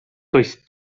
does